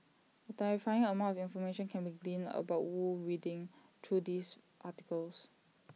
A terrifying amount of information can be gleaned about wu reading through these articles